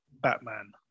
Batman